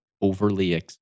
overly